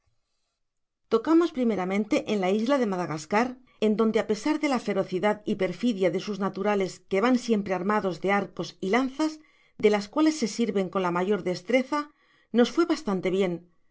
tocamos primeramente en la isla de madagascar en donde á pesar de la ferocidad y perficia de sus naturales que van siempre armados de arcos y lanzas de las cuales se sirven con la mayor destreza nos fué bastante bien